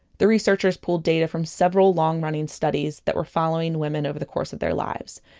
the researchers pooled data from several long-running studies that were following women over the course of their lives.